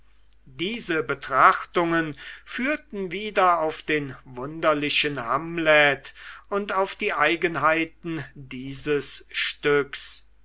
diese betrachtungen führten wieder auf den wunderlichen hamlet und auf die eigenheiten dieses stücks